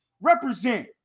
represent